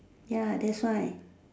ya that's why